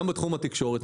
גם בתחום התקשורת,